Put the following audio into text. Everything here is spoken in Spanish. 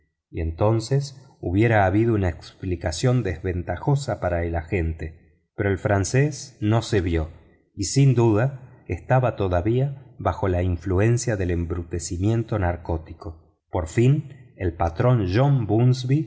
y entonces hubiera habido una explicación desventajosa para el agente pero el francés no se vio y sin duda estaba todavía bajo la influencia del embrutecimiento narcótico por fin el patrón john bunsby